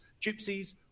gypsies